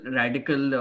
radical